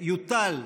שיוטל,